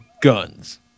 guns